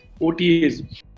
OTAs